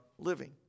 living